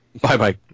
Bye-bye